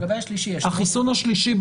החיסון השלישי,